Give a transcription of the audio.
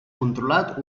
controlat